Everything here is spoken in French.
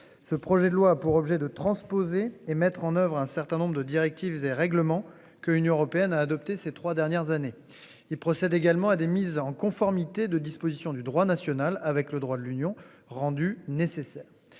Ce projet de loi a pour objet de transposer et mettre en oeuvre un certain nombre de directives et règlements que l'Union européenne a adopté ces 3 dernières années. Il procède également à des mises en conformité de dispositions du droit national avec le droit de l'Union rendue nécessaire.